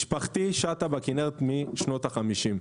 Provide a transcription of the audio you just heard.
משפחתי שטה בכנרת משנות ה-50.